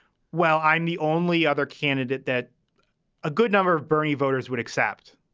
well, i'm the only other candidate that a good number of bernie voters would accept.